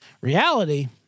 reality